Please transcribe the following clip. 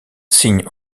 signent